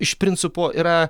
iš principo yra